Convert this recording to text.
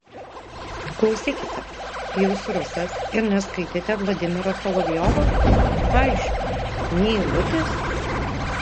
klausykite jūs rusas ir neskaitėte vladimiro solovjovo aišku nė eilutės